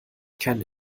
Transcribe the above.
keinen